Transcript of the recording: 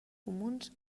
comuns